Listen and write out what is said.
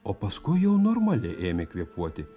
o paskui jau normaliai ėmė kvėpuoti